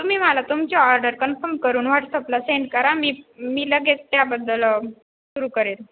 तुम्ही मला तुमची ऑर्डर कन्फर्म करून वॉट्सअपला सेंड करा मी मी लगेच त्याबद्दल सुरू करेन